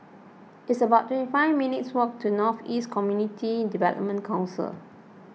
it's about twenty five minutes' walk to North East Community Development Council